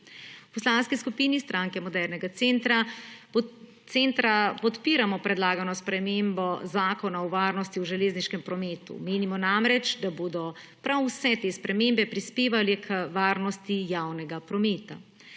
V Poslanski skupini Stranke modernega centra podpiramo predlagane spremembe Zakona o varnosti v železniškem prometu. Menimo namreč, da bodo prav vse te spremembe prispevale k varnosti javnega prometa.